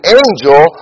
angel